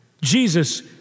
Jesus